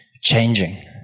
changing